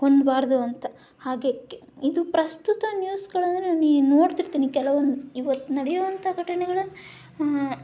ಹೊಂದಬಾರದು ಅಂತ ಹಾಗೆ ಕೆ ಇದು ಪ್ರಸ್ತುತ ನ್ಯೂಸ್ಗಳಲ್ಲಿ ನಾನು ಈ ನೋಡ್ತಿರ್ತೀನಿ ಕೆಲವೊಂದು ಇವತ್ತು ನಡೆಯುವಂಥ ಘಟನೆಗಳನ್ನು